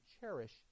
cherish